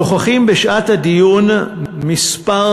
נוכחים בשעת הדיון מספר